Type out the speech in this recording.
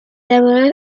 lavorò